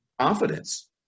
confidence